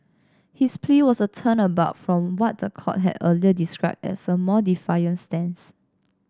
his plea was a turnabout from what the court had earlier described as a more defiant stance